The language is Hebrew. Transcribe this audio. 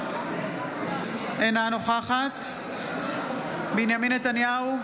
אינה נוכחת בנימין נתניהו,